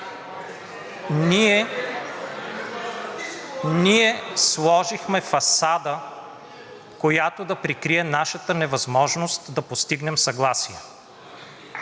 Ние сложихме фасада, която да прикрие нашата невъзможност да постигнем съгласие.